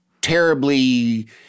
terribly